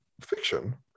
fiction